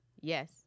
Yes